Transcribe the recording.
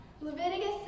Leviticus